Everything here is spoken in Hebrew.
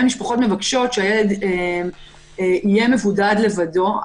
המשפחות מבקשות שהילד יהיה מבודד לבדו,